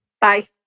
Bye